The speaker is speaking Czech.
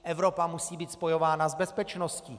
Evropa musí být spojována s bezpečností.